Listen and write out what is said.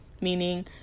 Meaning